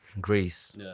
Greece